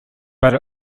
but